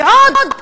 ועוד להצדיק: